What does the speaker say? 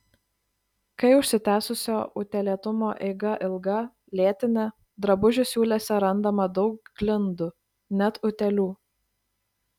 kai užsitęsusio utėlėtumo eiga ilga lėtinė drabužių siūlėse randama daug glindų net utėlių